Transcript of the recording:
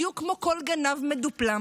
בדיוק כמו כל גנב מדופלם.